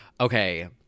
Okay